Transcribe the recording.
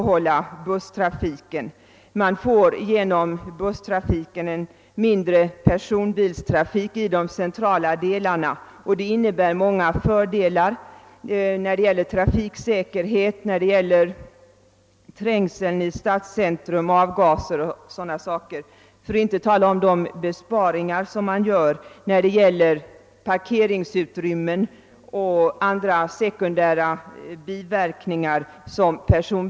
Höjningen återspeglades genast i en minskad resandefrekvens.